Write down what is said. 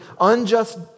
unjust